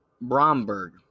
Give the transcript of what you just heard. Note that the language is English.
Bromberg